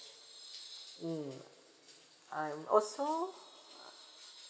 mm I'm also